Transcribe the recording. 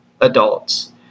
adults